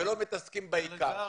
ולא מתעסקים בעיקר.